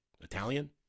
Italian